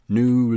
new